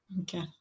okay